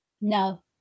No